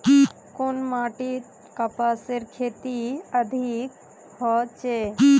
कुन माटित कपासेर खेती अधिक होचे?